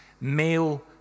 male